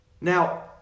now